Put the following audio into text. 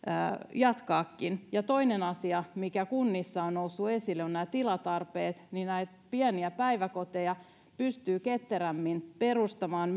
jatkaakin ja toinen asia mikä kunnissa on noussut esille on nämä tilatarpeet näitä pieniä päiväkoteja pystyy ketterämmin perustamaan